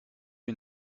you